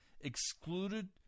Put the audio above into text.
excluded